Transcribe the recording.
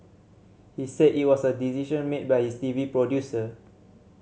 he said it was a decision made by his T V producer